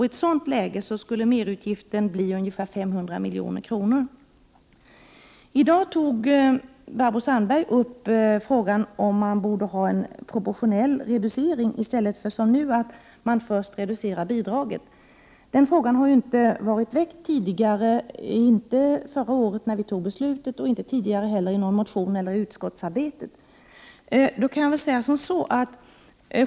I ett sådant läge skulle merutgiften bli ungefär 500 milj.kr. Barbro Sandberg har tidigare tagit upp frågan om huruvida det skulle vara proportionell reducering i stället för att, som nu är fallet, först reducera bidraget. Den frågan har inte väckts tidigare, åtminstone inte förra året när beslut fattades och inte heller tidigare i samband med motioner eller utskottsarbete.